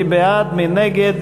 מי בעד, מי נגד?